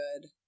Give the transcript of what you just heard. good